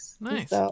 nice